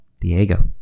Diego